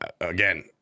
again